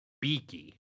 Beaky